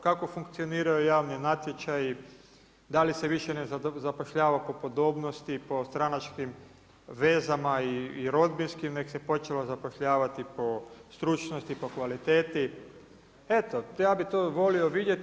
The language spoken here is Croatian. Kako funkcioniraju javni natječaji, da li se više ne zapošljava po podobnosti, po stranačkim vezama i rodbinskim, nego se počelo zapošljavati po stručnosti, po kvaliteti, eto ja bih to volio vidjeti.